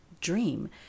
dream